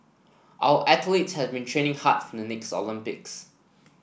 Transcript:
our athletes have been training hard for the next Olympics